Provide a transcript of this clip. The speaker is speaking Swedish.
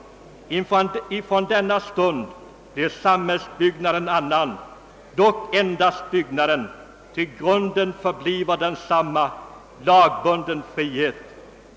Ifrån denna stund blir samhällsbyggnaden en annan, dock endast byggnaden, ty grunden förblifver densamma — lagbunden frihet.